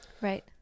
right